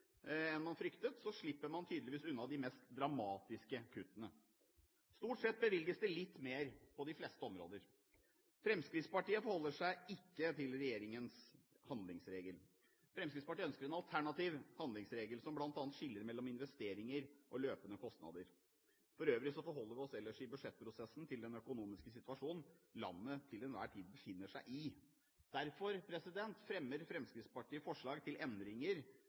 enn man fryktet, slipper man tydeligvis unna de mest dramatiske kuttene. Stort sett bevilges det litt mer på de fleste områder. Fremskrittspartiet forholder seg ikke til Regjeringens handlingsregel. Fremskrittspartiet ønsker en alternativ handlingsregel, som bl.a. skiller mellom investeringer og løpende kostnader. For øvrig forholder vi oss i budsjettprosessen til den økonomiske situasjonen landet til enhver tid befinner seg i. Derfor fremmer Fremskrittspartiet forslag til endringer